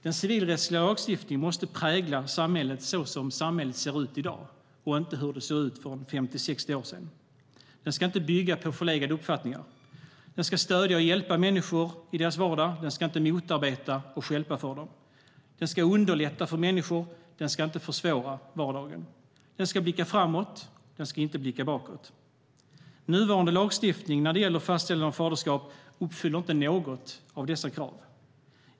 Den civilrättsliga lagstiftningen måste präglas av samhället som det ser ut i dag och inte som det såg ut för 50-60 år sedan. Den ska inte bygga på förlegade uppfattningar. Den ska stödja och hjälpa människor i deras vardag, inte motarbeta och stjälpa för dem. Den ska underlätta för människor, inte försvåra vardagen. Den ska blicka framåt, inte bakåt. Nuvarande lagstiftning för fastställande av faderskap uppfyller inte något av dessa krav.